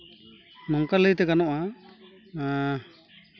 ᱱᱚᱝᱠᱟ ᱞᱟᱹᱭᱛᱮ ᱜᱟᱱᱚᱜᱼᱟ